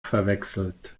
verwechselt